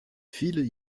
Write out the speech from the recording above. viele